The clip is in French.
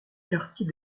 quartier